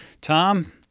Tom